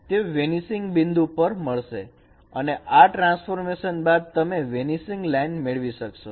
તે વેનીસિંગ બિંદુ પર મળશે અને આ ટ્રાન્સફોર્મેશન બાદ તમે વેનીસિંગ લાઈન મેળવી શકશો